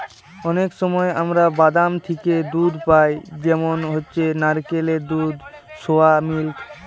অনেক সময় আমরা বাদাম থিকে দুধ পাই যেমন হচ্ছে নারকেলের দুধ, সোয়া মিল্ক